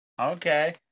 Okay